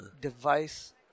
device